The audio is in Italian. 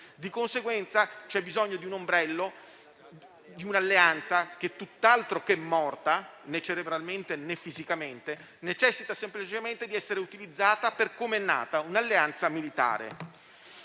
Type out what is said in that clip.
Di conseguenza c'è bisogno di un ombrello, di un'alleanza che tutt'altro che morta - né cerebralmente, né fisicamente - necessita semplicemente di essere utilizzata per come è nata, cioè come un'alleanza militare.